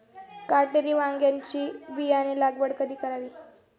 काटेरी वांग्याची बियाणे लागवड कधी करावी?